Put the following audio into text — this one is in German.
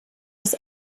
aus